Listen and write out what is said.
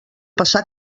passar